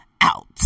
out